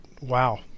Wow